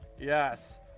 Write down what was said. yes